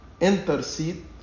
intercede